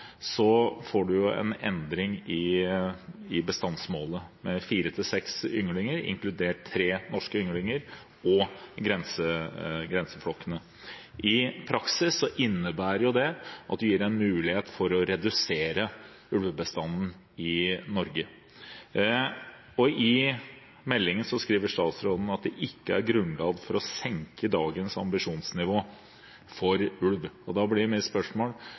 får man en endring i bestandsmålet – fire–seks ynglinger, inkludert tre norske ynglinger, og grenseflokkene. I praksis innebærer det at man gir en mulighet for å redusere ulvebestanden i Norge. I meldingen skriver statsråden at det «ikke er grunnlag for å senke dagens ambisjonsnivå for ulv». Da blir mitt spørsmål: